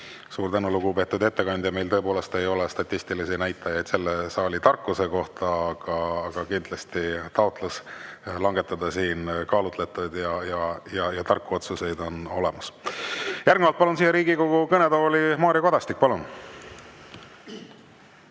Suur tänu, lugupeetud ettekandja! Meil tõepoolest ei ole statistilisi näitajaid selle saali tarkuse kohta, aga kindlasti on olemas taotlus langetada siin kaalutletud ja tarku otsuseid. Järgnevalt palun siia Riigikogu kõnetooli Mario Kadastiku. Palun!